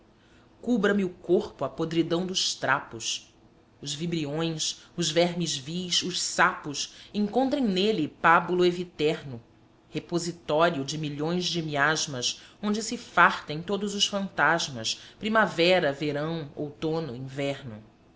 cubra me o corpo a podridão dos trapos os vibriões os vermes vis os sapos encontrem nele pábulo eviterno repositório de milhões de miasmas onde se fartem todos os fantasmas primavera verão outono inverno